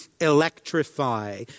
electrify